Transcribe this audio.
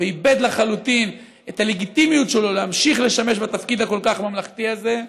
ואיבד לחלוטין את הלגיטימיות שלו להמשיך לשמש בתפקיד הממלכתי כל כך הזה,